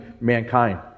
mankind